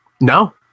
No